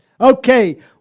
Okay